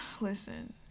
Listen